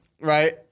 right